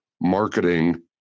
marketing